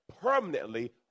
permanently